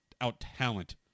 out-talent